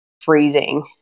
freezing